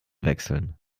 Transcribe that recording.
wechseln